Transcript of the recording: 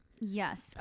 Yes